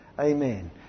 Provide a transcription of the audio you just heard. Amen